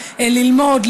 ללמוד,